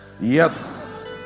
Yes